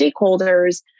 stakeholders